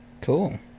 Cool